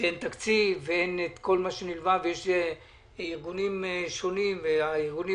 כשאין תקציב ויש ארגונים שונים והארגונים